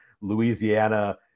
Louisiana